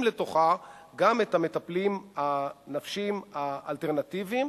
לתוכה גם את המטפלים הנפשיים האלטרנטיביים,